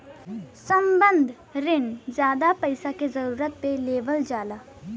संबंद्ध रिण जादा पइसा के जरूरत पे लेवल जाला